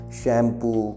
shampoo